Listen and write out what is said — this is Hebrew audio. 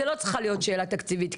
זה לא צריכה להיות שאלה תקציבית.